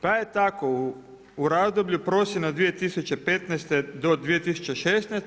Pa je tako u razdoblju prosinac 2015. do 2016.